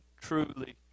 truly